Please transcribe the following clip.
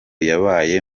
yabaye